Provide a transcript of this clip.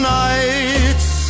nights